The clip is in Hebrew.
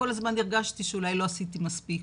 כל הזמן הרגשתי שאולי לא עשיתי מספיק,